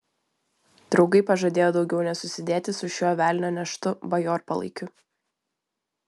draugai pažadėjo daugiau nesusidėti su šiuo velnio neštu bajorpalaikiu